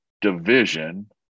division